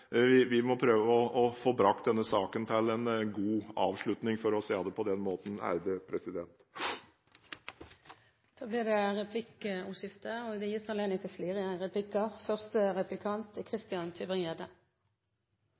Vi må prøve å få brakt denne saken til en god avslutning, for å si det på den måten.